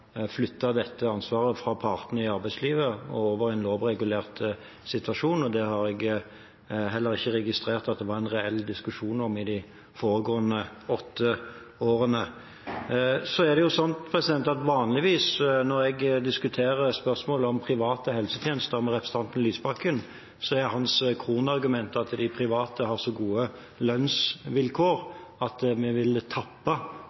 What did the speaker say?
flytte dette ansvaret fra partene i arbeidslivet og over i en lovregulert situasjon, og jeg har heller ikke registrert at det var en reell diskusjon om det i de foregående åtte årene. Det er vanligvis sånn at når jeg diskuterer spørsmål om private helsetjenester med representanten Lysbakken, er hans kronargument at de private har så gode lønnsvilkår at det vil tappe